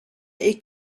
est